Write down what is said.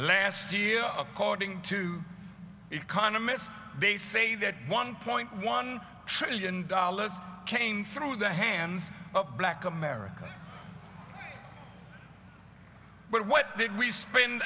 last year according to economists they say that one point one trillion dollars came through the hands of black america but what did we spend